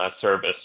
service